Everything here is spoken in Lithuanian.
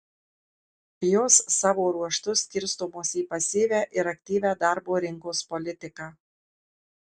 jos savo ruožtu skirstomos į pasyvią ir aktyvią darbo rinkos politiką